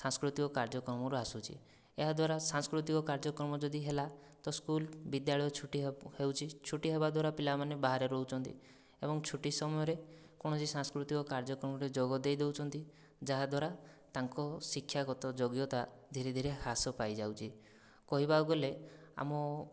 ସାଂସ୍କୃତିକ କାର୍ଯ୍ୟକ୍ରମରୁ ଆସୁଛି ଏହାଦ୍ଵାରା ସାଂସ୍କୃତିକ କାର୍ଯ୍ୟକ୍ରମ ଯଦି ହେଲା ତ ସ୍କୁଲ ବିଦ୍ୟାଳୟ ଛୁଟି ହେଉଛି ଛୁଟି ହେବାଦ୍ୱାରା ପିଲାମାନେ ବାହାରେ ରହୁଛନ୍ତି ଏବଂ ଛୁଟି ସମୟରେ କୌଣସି ସାଂସ୍କୃତିକ କାର୍ଯ୍ୟକ୍ରମରେ ଯୋଗ ଦେଇଦେଉଛନ୍ତି ଯାହାଦ୍ୱାରା ତାଙ୍କ ଶିକ୍ଷାଗତ ଯୋଗ୍ୟତା ଧିରେ ଧିରେ ହ୍ରାସ ପାଇଯାଉଛି କହିବାକୁ ଗଲେ ଆମ